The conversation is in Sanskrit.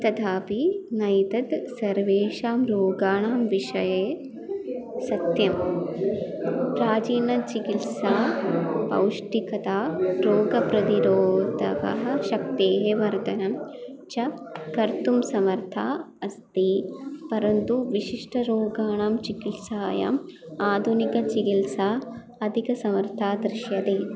तथापि नैतत् सर्वेषां रोगाणां विषये सत्यं प्राचीनचिकिस्ता पौष्टिकता रोगप्रतिरोधकः शक्तेः वर्धनं च कर्तुं समर्था अस्ति परन्तु विशिष्टरोगाणां चिकित्सायाम् आधुनिकचिकित्सा अधिकसमर्था दृश्यते